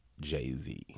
Jay-Z